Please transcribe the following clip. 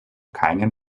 keinen